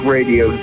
Radio